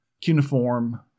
cuneiform